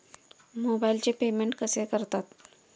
मोबाइलचे पेमेंट कसे करतात?